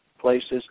places